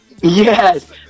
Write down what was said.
yes